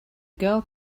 girl